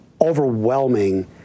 overwhelming